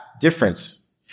difference